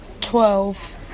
Twelve